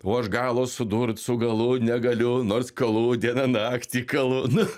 o aš galo sudurt su galu negaliu nors kalu diena naktį kalu